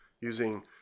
using